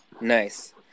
Nice